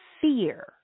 fear